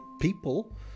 people